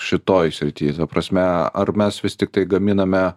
šitoj srity ta prasme ar mes vis tiktai gaminame